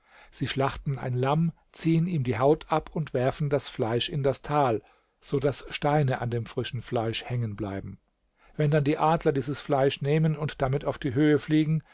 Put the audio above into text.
sie schlachten ein lamm ziehen ihm die haut ab und werfen das fleisch in das tal so daß steine an dem frischen fleisch hängen bleiben wenn dann die adler dieses fleisch nehmen und damit auf die höhe fliegen